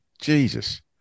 Jesus